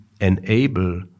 enable